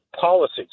policies